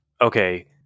okay